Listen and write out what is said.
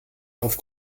auf